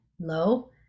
low